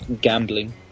gambling